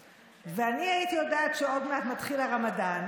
ואני הייתי יודעת שעוד מעט מתחיל הרמדאן,